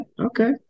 Okay